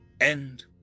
End